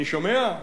אני שומע,